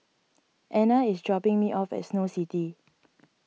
Ana is dropping me off at Snow City